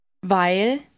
weil